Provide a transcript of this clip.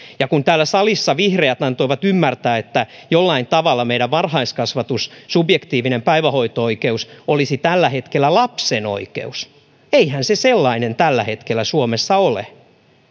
ja kun täällä salissa vihreät antoivat ymmärtää että jollain tavalla meidän varhaiskasvatus subjektiivinen päivähoito oikeus olisi tällä hetkellä lapsen oikeus eihän se sellainen tällä hetkellä suomessa ole